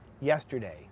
yesterday